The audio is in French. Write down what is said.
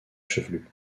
chevelu